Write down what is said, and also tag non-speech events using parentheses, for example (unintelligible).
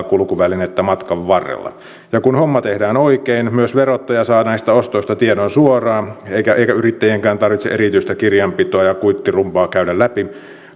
(unintelligible) kulkuvälinettä matkan varrella ja kun homma tehdään oikein myös verottaja saa näistä ostoista tiedon suoraan eikä eikä yrittäjienkään tarvitse erityistä kirjanpitoa ja kuittirumbaa käydä läpi